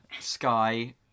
sky